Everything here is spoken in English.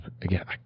again